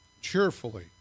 cheerfully